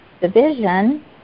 division